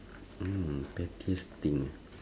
mm pettiest thing ah